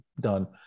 done